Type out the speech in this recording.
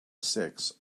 six